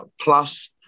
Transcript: plus